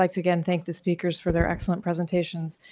like again thank the speakers for their excellent presentations.